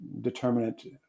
determinant